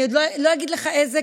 אני עוד לא אגיד לך איזה,